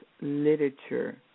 literature